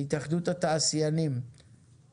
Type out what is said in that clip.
התאחדות התעשיינים